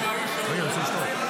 כשצה"ל אומר שהוא מסוגל לקלוט 3,000 או